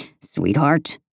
sweetheart